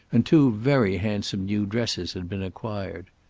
and two very handsome new dresses had been acquired.